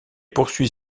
poursuit